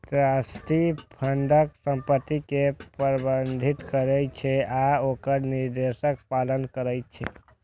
trustee फंडक संपत्ति कें प्रबंधित करै छै आ ओकर निर्देशक पालन करै छै